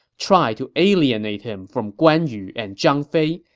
try to alienate him from guan yu and zhang fei,